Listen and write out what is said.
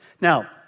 Now